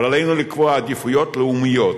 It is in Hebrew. אבל עלינו לקבוע עדיפויות לאומיות,